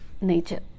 nature